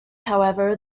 however